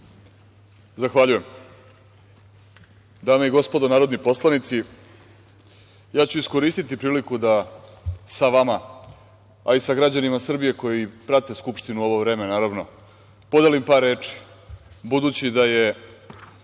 Zahvaljujem. Dame i gospodo narodni poslanici, ja ću iskoristiti priliku da sa vama, a i sa građanima Srbije koji prate Skupštinu u ovo vreme, naravno, podelim par reči, budući da je